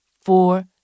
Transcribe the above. four